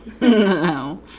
No